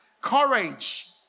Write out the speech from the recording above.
courage